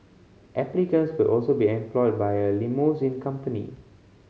applicants could also be employed by a limousine company